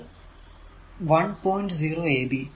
0 ab